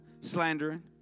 slandering